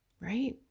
Right